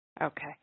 Okay